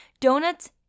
Donuts